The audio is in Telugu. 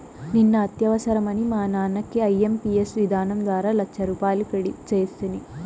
నిన్న అత్యవసరమని మా నాన్నకి ఐఎంపియస్ విధానం ద్వారా లచ్చరూపాయలు క్రెడిట్ సేస్తిని